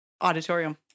auditorium